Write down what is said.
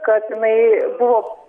kad jinai buvo